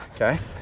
Okay